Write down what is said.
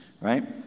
Right